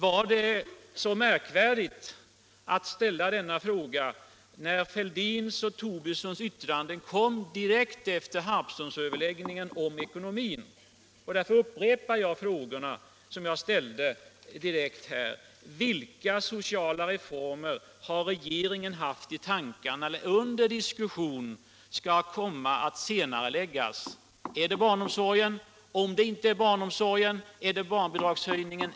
Var det så märkvärdigt att ställa denna fråga, när herr Fälldins och herr Tobissons yttranden kom direkt efter Harpsundsöverläggningen om ekonomin? Därför upprepar jag de frågor som jag ställde: Vilka sociala reformer har regeringen haft i tankarna när man talat om reformer som skall senareläggas? Är det barnomsorgen? Om det inte är barnomsorgen, är det då barnbidragshöjningen?